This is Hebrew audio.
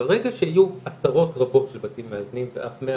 ברגע שיהיו עשרות רבות של בתים מאזנים ואף 100